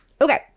okay